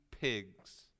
pigs